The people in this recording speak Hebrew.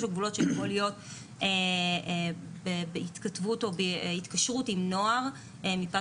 הגבולות שיכול להיות בהתכתבות או בהתקשרות עם נוער מפאת